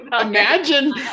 imagine